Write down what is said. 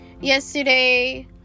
Yesterday